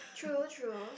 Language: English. true true